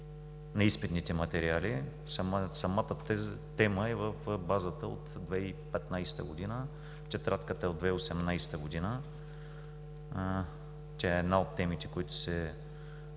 на изпитните материали. Самата тема е в базата от 2015 г., тетрадката е от 2018 г., тя е една от темите, които се